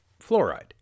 fluoride